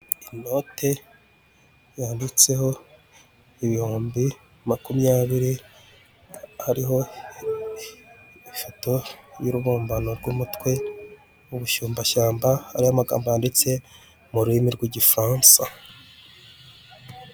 Inote yanditseho ibihumbi makumyabiri ariho ifoto y'urubumbano rw'umutwe, w'ubushumbashyamba ariho amagambo yanditse mu rurimi rw'Igifaransa.